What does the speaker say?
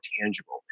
tangible